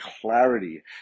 clarity